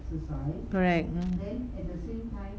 correct mm